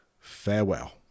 farewell